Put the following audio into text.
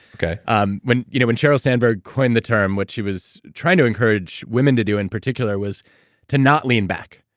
ah um when you know when sheryl sandberg coined the term, what she was trying to encourage women to do in particular was to not lean back,